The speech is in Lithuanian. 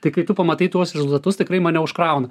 tai kai tu pamatai tuos rezultatus tikrai mane užkrauna